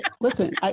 listen